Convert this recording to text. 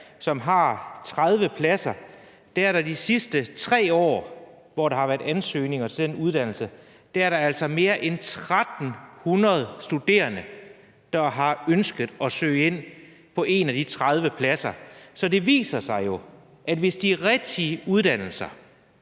som har 30 pladser, er der altså de sidste 3 år, hvor der har været ansøgninger til den uddannelse, mere end 1.300 studerende, der har ønsket at søge ind på en af de 30 pladser. Så det viser sig jo, at hvis de rigtige og nogle